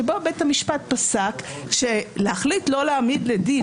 שבו בית המשפט פסק שלהחליט לא להעמיד לדין